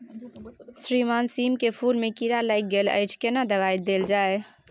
श्रीमान सीम के फूल में कीरा लाईग गेल अछि केना दवाई देल जाय?